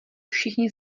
všichni